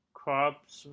crops